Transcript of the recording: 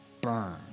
Burn